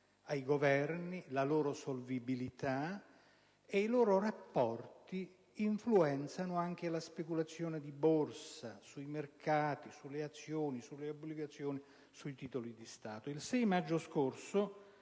ai Governi, alla loro solvibilità e con i loro rapporti influenzano anche le speculazioni di Borsa sui mercati, sulle azioni, sulle obbligazioni e sui titoli di Stato. Il 6 maggio scorso